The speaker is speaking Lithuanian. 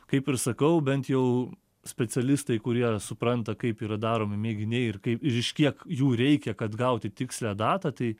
kaip ir sakau bent jau specialistai kurie supranta kaip yra daromi mėginiai ir kaip ir iš kiek jų reikia kad gauti tikslią datą tai